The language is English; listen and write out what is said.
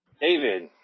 David